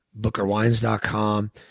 bookerwines.com